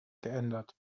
geändert